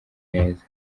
neza